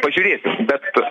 pažiūrėsim bet